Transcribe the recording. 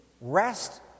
rest